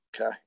okay